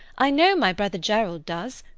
i know my brother gerald does.